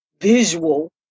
visual